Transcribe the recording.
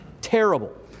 terrible